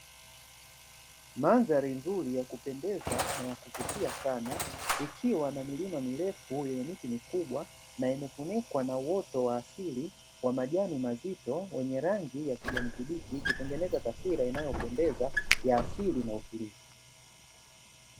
Mandhari nzuri ya kupendeza na kuvutia sana ikiwa na milima mirefu yenye miti mikubwa na imefunikwa na uoto wa asili wa majani mazito wenye rangi ya kijani kibichi, ikitengeneza taswira inayopendeza ya asili na utulivu.